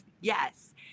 yes